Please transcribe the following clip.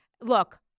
look